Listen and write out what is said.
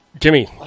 Jimmy